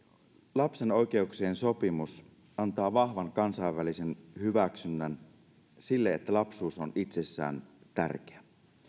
lapsen oikeuksien sopimus antaa vahvan kansainvälisen hyväksynnän sille että lapsuus on itsessään tärkeä